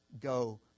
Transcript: Go